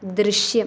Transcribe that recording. ദൃശ്യം